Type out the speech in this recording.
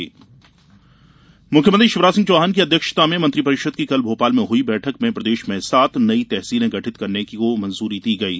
cabinet मुख्यमंत्री शिवराज सिंह चौहान की अध्यक्षता में मंत्रिपरिषद की कल भोपाल में हुई बैठक में प्रदेश में सात नई तहसीलें गठित करने की मंजूरी दी गयी